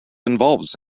involves